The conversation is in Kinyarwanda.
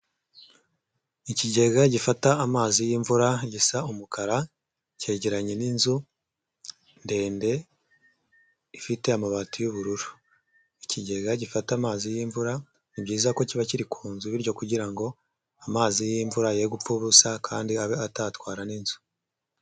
Ikigega gifata amazi y'imvura gisa umukara cyegeranye n'inzu ndende, ifite amabati y'ubururu ikigega gifata amazi y'imvura, ni byiza ko kiba kiri ku nzu bityo kugira ngo amazi y'imvura ye gupfa ubusa kandi abe atatwara n'inzu.